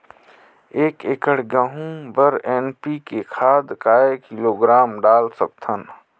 एक एकड़ गहूं बर एन.पी.के खाद काय किलोग्राम डाल सकथन?